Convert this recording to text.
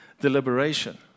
deliberation